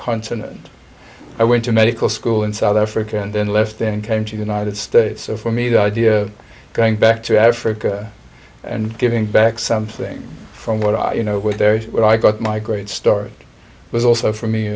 continent i went to medical school in south africa and then left and came to united states so for me the idea of going back to africa and giving back something from what you know were there when i got my great story was also for me